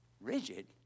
Rigid